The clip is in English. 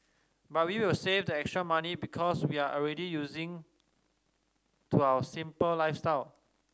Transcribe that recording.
but we will save the extra money because we are already using to our simple lifestyle